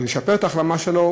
לשפר את ההחלמה שלו,